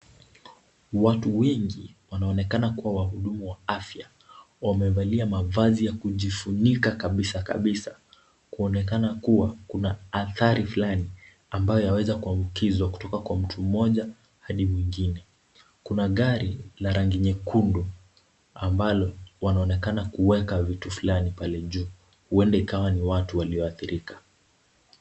Watu wengi wanaonekana kuwa wamejumuwa afya, wamevalia mavazi ya kujifunika kabisa kabisa. Kuonekana kuwa kuna athari fulani ambayo yaweza kuambukizwa kutoka kwa mtu mmoja hadi mwingine. Kuna gari la rangi nyekundu ambalo wanaonekana kuweka vitu fulani pale juu. Huenda ikawa ni watu walioathirika.